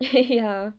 ya